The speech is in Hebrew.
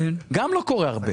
גם לא קורה הרבה.